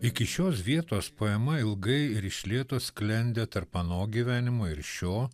iki šios vietos poema ilgai ir iš lėto sklendė tarp ano gyvenimo ir šio